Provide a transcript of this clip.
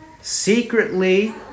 secretly